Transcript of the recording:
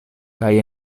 kaj